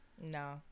No